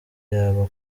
yaba